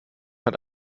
hat